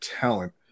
talent